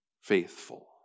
Faithful